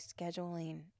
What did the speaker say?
scheduling